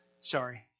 Sorry